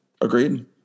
Agreed